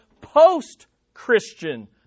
post-Christian